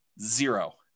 zero